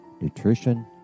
nutrition